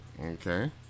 okay